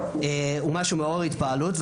הם משהו מעורר התפעלות.